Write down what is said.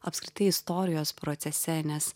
apskritai istorijos procese nes